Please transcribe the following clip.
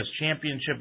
championship